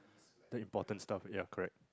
the important stuff ya correct